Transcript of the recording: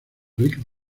rick